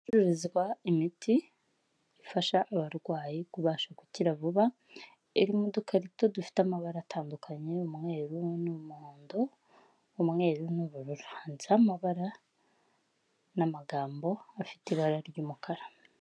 Ahacuruzwa imiti ifasha abarwayi kubasha gukira vuba. Iri mu dukarito dufite amabara atandukanye, umweru n'umuhondo, umweru n'ubururu. Handitseho amabara n'amagambo afite ibara ry'umukara.